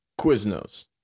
Quiznos